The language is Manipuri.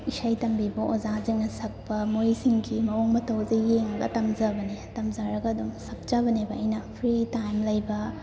ꯏꯁꯩ ꯇꯝꯕꯤꯕ ꯑꯣꯖꯥꯁꯤꯡꯅ ꯁꯛꯄ ꯃꯣꯏꯁꯤꯡꯒꯤ ꯃꯑꯣꯡ ꯃꯇꯧꯁꯤ ꯌꯦꯡꯉꯒ ꯇꯝꯖꯕꯅꯦ ꯇꯝꯖꯔꯒ ꯑꯗꯨꯝ ꯁꯛꯆꯕꯅꯦꯕ ꯑꯩꯅ ꯐ꯭ꯔꯤ ꯇꯥꯏꯝ ꯂꯩꯕ